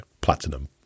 platinum